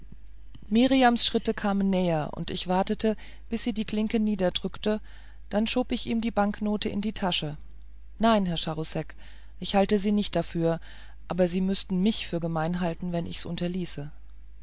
mirjams schritte kamen näher und ich wartete bis sie die klinke niederdrückte dann schob ich ihm rasch die banknote in die tasche nein herr charousek ich halte sie nicht dafür aber mich müßten sie für gemein halten wenn ich's